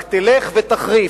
רק תלך ותחריף.